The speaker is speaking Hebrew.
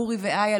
אורי ואיה,